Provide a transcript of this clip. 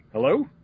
Hello